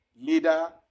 leader